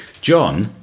John